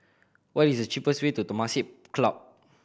what is the cheapest way to Temasek Club